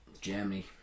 Germany